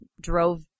drove